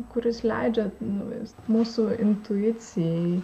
kuris leidžia nu jis mūsų intuicijai